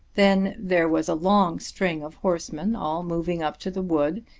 then there was a long string of horsemen, all moving up to the wood,